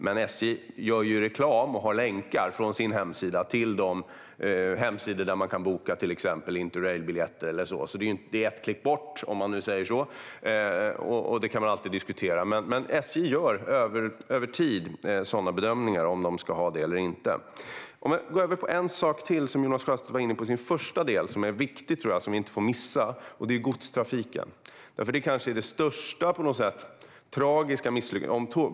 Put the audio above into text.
Men SJ har ju länkar på sin hemsida till de hemsidor där man kan boka Interrailbiljetter och annat, så det är bara ett klick bort, så att säga. Detta kan man alltid diskutera, men SJ gör över tid bedömningar om man ska ha denna tjänst eller inte. I sitt första anförande tog Jonas Sjöstedt upp något viktigt som vi inte får missa, godstrafiken. Den är ett misslyckande.